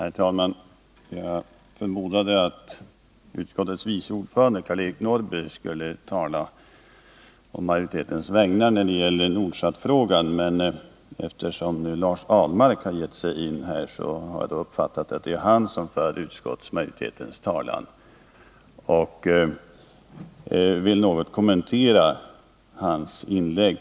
Herr talman! Jag antog att utskottets vice ordförande Karl-Eric Norrby skulle tala å majoritetens vägnar om Nordsatfrågan. Eftersom Lars Ahlmark har tagit upp saken, har jag uppfattat det så att det är han som för utskottsmajoritetens talan. Jag skulle på denna punkt något vilja kommentera hans inlägg.